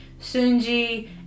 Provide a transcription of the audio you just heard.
Sunji